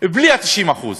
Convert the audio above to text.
בלי ה-90%.